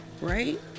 Right